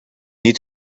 need